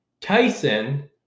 Tyson